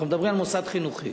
אנחנו מדברים על מוסד חינוכי.